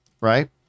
right